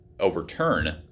overturn